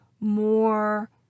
more